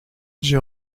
j’ai